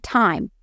time